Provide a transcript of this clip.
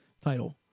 title